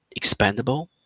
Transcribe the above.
expandable